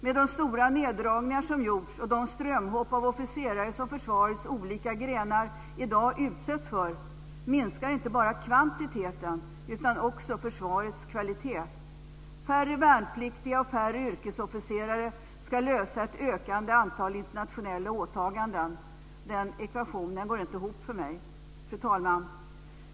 Med de stora neddragningar som gjorts och de strömhopp av officerare som försvarets olika grenar i dag utsätts för minskar inte bara kvantiteten utan också försvarets kvalitet. Färre värnpliktiga och färre yrkesofficerare ska lösa ett ökande antal internationella åtaganden. Den ekvationen går inte ihop för mig. Fru talman!